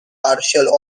partial